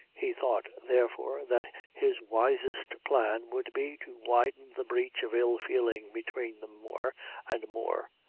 he thought, therefore, that his wisest plan would be to widen the breach of ill-feeling between them more and more,